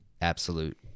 absolute